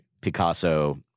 Picasso